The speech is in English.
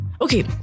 Okay